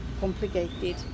complicated